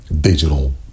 Digital